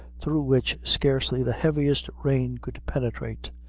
through which scarcely the heaviest rain could penetrate.